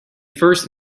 first